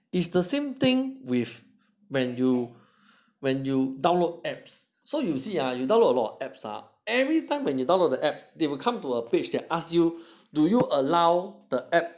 it's the same thing with when you when you download apps so you see ah you download a lot of apps are everytime when you download the app they will come to a page that ask you do you allow the app